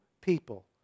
people